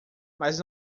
mas